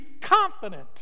confident